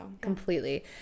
Completely